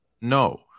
no